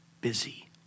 busy